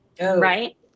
Right